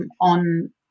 on